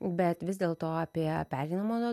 bet vis dėlto apie pereinamojo